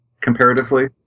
comparatively